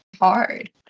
hard